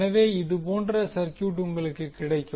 எனவே இது போன்ற சர்க்யூட் உங்களுக்கு கிடைக்கும்